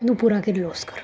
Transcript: नुपुरा किर्लोस कर